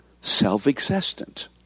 self-existent